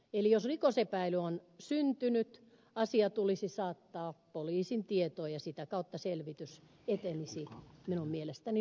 eli jos rikosepäily on syntynyt asia tulisi saattaa poliisin tietoon ja sitä kautta selvitys etenisi minun mielestäni normaalia tietä